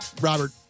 Robert